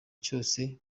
cyose